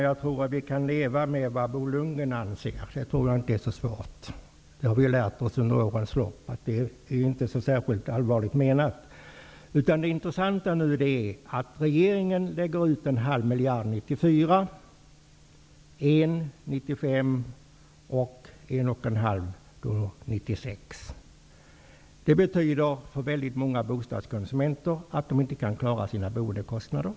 Jag tror att vi kan leva med vad Bo Lundgren anser. Det är nog inte så svårt att göra det. Vi har ju lärt oss under årens lopp att det inte är särskilt allvarligt menat. Det betyder för väldigt många bostadskonsumenter att de inte kan klara sina boendekostnader.